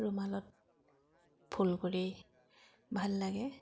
ৰুমালত ফুল কৰি ভাল লাগে